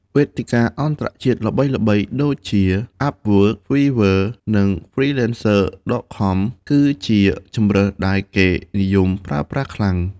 វេទិកាអន្តរជាតិល្បីៗ ដូចជា Upwork, Fiverr និង Freelancer.com គឺជាជម្រើសដែលគេនិយមប្រើប្រាស់ខ្លាំង។